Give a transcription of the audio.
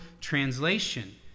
translation